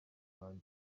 hanze